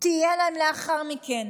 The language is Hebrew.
תהיה להם לאחר מכן.